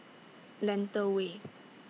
Lentor Way